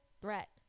threat